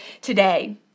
today